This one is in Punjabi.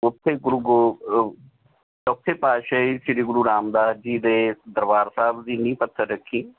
ਉੱਥੇ ਗੁਰੂ ਗੋ ਚੌਥੇ ਪਾਤਸ਼ਾਹੀ ਸ਼੍ਰੀ ਗੁਰੂ ਰਾਮਦਾਸ ਜੀ ਦੇ ਦਰਬਾਰ ਸਾਹਿਬ ਦੀ ਨੀਂਹ ਪੱਥਰ ਰੱਖੀ